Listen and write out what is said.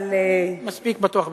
אני מספיק בטוח בעצמי.